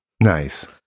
Nice